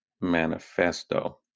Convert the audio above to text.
manifesto